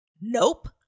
Nope